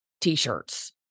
t-shirts